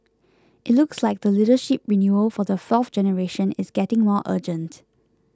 it looks like the leadership renewal for the fourth generation is getting more urgent